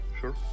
Sure